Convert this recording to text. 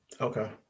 okay